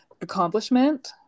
accomplishment